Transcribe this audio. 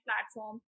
platform